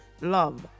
love